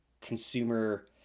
consumer